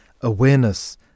awareness